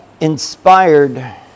inspired